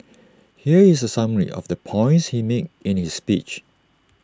here is A summary of the points he made in his speech